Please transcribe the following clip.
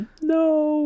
no